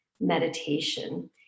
meditation